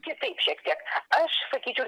kitaip šiek tiek aš sakyčiau